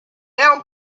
elm